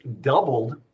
doubled